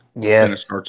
Yes